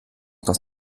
dass